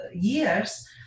years